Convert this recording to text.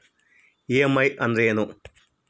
EMI ಅಂದ್ರೇನು?